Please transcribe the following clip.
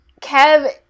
Kev